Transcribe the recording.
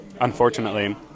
unfortunately